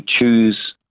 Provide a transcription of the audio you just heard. choose